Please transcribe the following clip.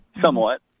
somewhat